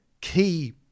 key